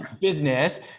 business